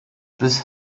bis